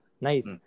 Nice